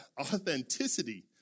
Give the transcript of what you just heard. authenticity